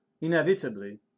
Inevitably